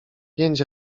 pięć